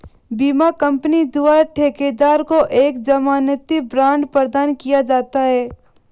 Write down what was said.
बीमा कंपनी द्वारा ठेकेदार को एक जमानती बांड प्रदान किया जाता है